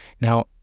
Now